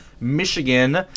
Michigan